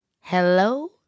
Hello